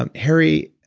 um harry,